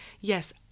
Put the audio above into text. yes